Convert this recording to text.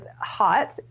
hot